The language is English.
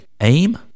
aim